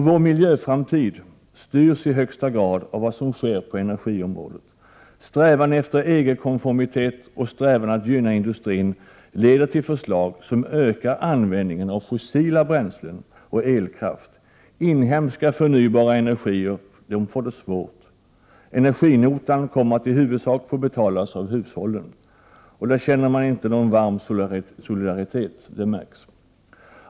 Vår miljöframtid styrs i högsta grad av det som sker på energiområdet. Strävan efter att åstadkomma EG-konformitet och att gynna industrin leder till förslag som syftar till en ökad användning av fossila bränslen och elkraft. När det gäller inhemsk förnybar energi av olika slag blir det svårt. Energinotan kommer i huvudsak att få betalas av hushållen, och från det hållet visar man inte någon större solidaritet — det märks ju.